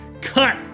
cut